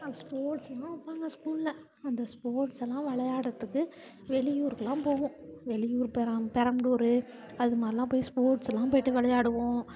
ஸ்போர்ட்ஸெலாம் வைப்பாங்க ஸ்கூலில் அந்த ஸ்போர்ட்ஸெலாம் விளையாட்றதுக்கு வெளியூருக்கெலாம் போவோம் வெளியூர் பெரா பெரம்பலூர் அது மாதிரிலாம் போய் ஸ்போர்ட்ஸெலாம் போயிட்டு விளையாடுவோம்